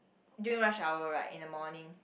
during rush hour right in the morning